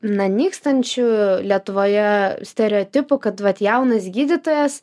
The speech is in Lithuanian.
na nykstančiu lietuvoje stereotipu kad vat jaunas gydytojas